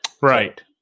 Right